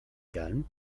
calme